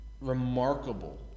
remarkable